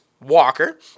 Walker